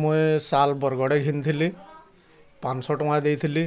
ମୁଇଁ ସାଲ୍ ବରଗଡ଼ରେ କିଣିଥିଲି ପାଁଶହ ଟଙ୍କା ଦେଇଥିଲି